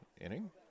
inning